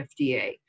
FDA